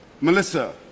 Melissa